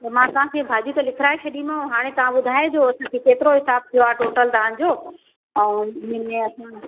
त मां तव्हांखे भाॼी त लिखाए छॾी ऐं हाणे तव्हां ॿुधाइजो केतिरो हिसाब थियो आहे टोटल तव्हांजो ऐं भिंडीयां अथव